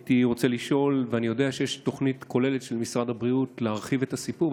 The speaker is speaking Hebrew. אני יודע שיש תוכנית כוללת של משרד הבריאות להרחיב את הסיפור.